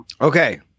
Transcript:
Okay